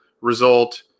result